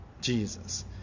Jesus